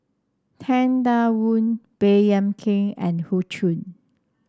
Tang Da Wu Baey Yam Keng and Hoey Choo